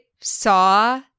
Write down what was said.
Saw